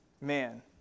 Man